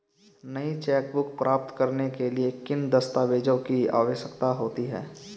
नई चेकबुक प्राप्त करने के लिए किन दस्तावेज़ों की आवश्यकता होती है?